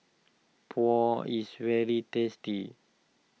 Pho is very tasty